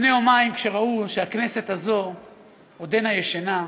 לפני יומיים, כשראו שהכנסת הזאת עודנה ישנה,